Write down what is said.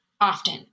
often